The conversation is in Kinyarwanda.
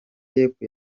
y’epfo